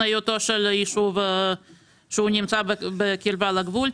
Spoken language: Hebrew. היותו של ישוב שהוא נמצא בקירבה לגבול,